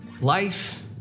Life